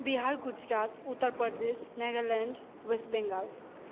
Bihar Gujarat Uttar Pradesh Nagaland west Bengal